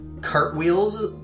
cartwheels